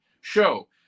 show